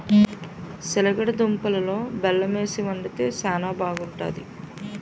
సిలగడ దుంపలలో బెల్లమేసి వండితే శానా బాగుంటాది